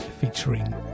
featuring